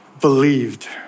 believed